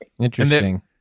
interesting